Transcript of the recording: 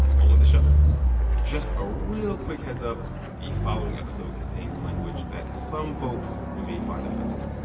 on with the show just a real quick heads up the following episode contains language that some folks may find offensive